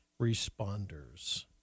Responders